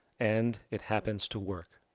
and it happens to work.